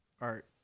art